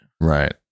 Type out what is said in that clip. Right